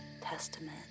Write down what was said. Testament